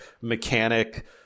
mechanic